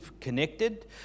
connected